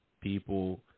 people